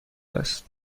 است